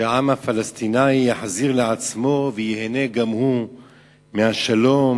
שהעם הפלסטיני יחזיר לעצמו וייהנה גם הוא מהשלום,